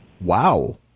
Wow